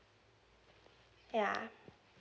ya